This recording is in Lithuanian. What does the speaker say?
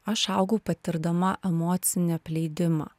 aš augau patirdama emocinį apleidimą